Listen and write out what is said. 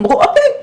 אמרו או.קיי.,